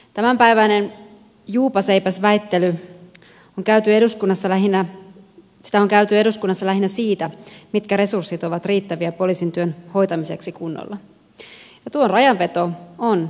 tämänpäiväinen juupas eipäs väittely kun käyty tämänpäiväistä juupaseipäs väittelyä on käyty eduskunnassa lähinnä siitä mitkä resurssit ovat riittäviä poliisin työn hoitamiseksi kunnolla ja tuon rajan veto on hyvin vaikeaa